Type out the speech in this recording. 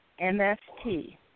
MST